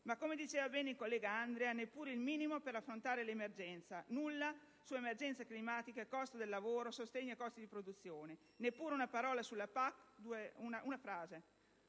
- come diceva bene il collega Andria - il minimo per affrontare l'emergenza. Nulla sulle emergenze climatiche, sul costo del lavoro e su sostegno e costi di produzione. Neppure una parola sulla PAC. In questi